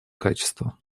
качества